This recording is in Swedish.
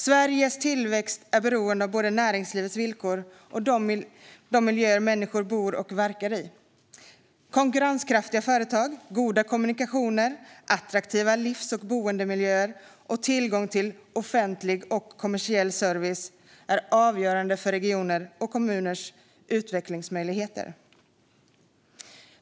Sveriges tillväxt är beroende av både näringslivets villkor och de miljöer människor bor och verkar i. Konkurrenskraftiga företag, goda kommunikationer, attraktiva livs och boendemiljöer och tillgång till offentlig och kommersiell service är avgörande för regioners och kommuners utvecklingsmöjligheter.